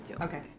Okay